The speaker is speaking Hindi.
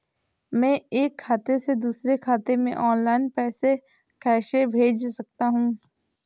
मैं एक खाते से दूसरे खाते में ऑनलाइन पैसे कैसे भेज सकता हूँ?